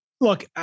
Look